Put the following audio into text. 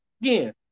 Again